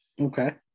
Okay